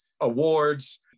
awards